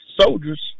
soldiers